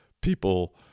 people